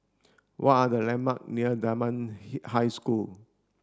what are the landmark near Dunman High School